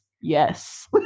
yes